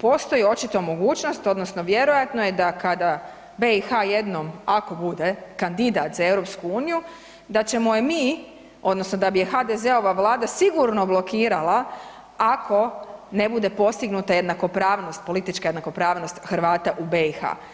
postoji očito mogućnost odnosno vjerojatno je da kada BiH jednom ako bude kandidat za EU da ćemo je mi odnosno da bi je HDZ-ova Vlada sigurno blokirala ako ne bude postignuta jednakopravnost, politička jednakopravnost Hrvata u BiH.